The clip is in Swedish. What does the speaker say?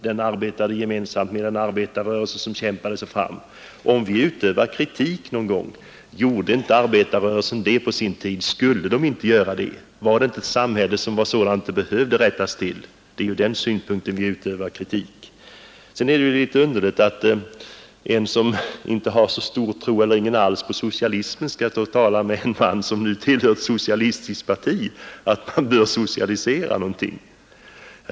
Den arbetade gemensamt med en arbetarrörelse som då kämpade sig fram. Om vi i nykterhetsrörelsen utövar kritik någon gång — gjorde inte arbetarrörelsen det på sin tid? Skulle den inte göra det? Var inte samhället sådant att det behövde rättas till? Det är ju ur den synpunkten vi utövar kritik. Sedan är det underligt att jag som inte har så stor tro — eller ingen alls — på socialismen skall stå och tala med en man som tillhör ett socialistiskt parti om att man bör socialisera någonting.